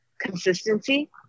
consistency